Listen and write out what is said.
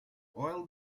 oil